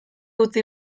utzi